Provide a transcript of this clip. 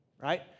right